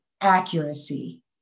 accuracy